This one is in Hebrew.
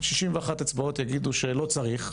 61 הצבעות יגידו שלא צריך,